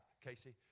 Casey